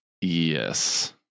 Yes